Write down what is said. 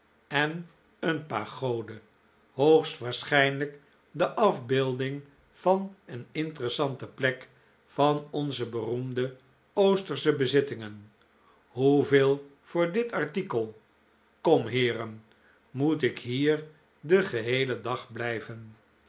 en een pagode hoogstwaarschijnlijk de afbeelding van een interessante plek van onze beroemde oostersche bezittingen hoeveel voor dit artikel kom heeren moet ik hier den geheelen dag blijven